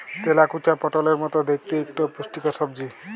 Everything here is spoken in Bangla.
তেলাকুচা পটলের মত দ্যাইখতে ইকট পুষ্টিকর সবজি